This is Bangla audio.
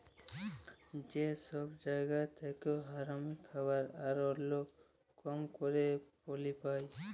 যে সব জায়গা থেক্যে হামরা খাবার আর ওল্য কাম ক্যরের পালি পাই